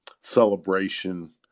celebration